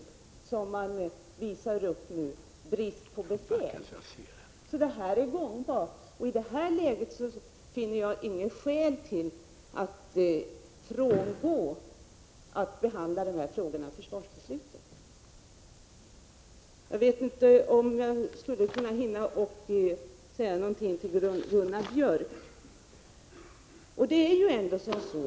Där visar man också upp brist på befäl. I detta läge finner jag inget skäl till att underlåta att behandla de här frågorna i samband med försvarsbeslutet. Jag hinner kanske med att säga några ord till Gunnar Björk i Gävle också.